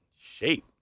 shape